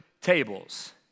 tables